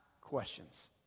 questions